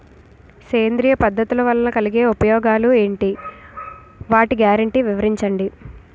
సేంద్రీయ పద్ధతుల వలన కలిగే ప్రయోజనాలు ఎంటి? వాటి గ్యారంటీ వివరించండి?